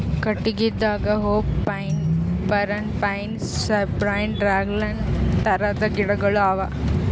ಕಟ್ಟಗಿದಾಗ hoop pine, ಪರಣ pine, cypress, Douglas ಥರದ್ ಗಿಡಗೋಳು ಅವಾ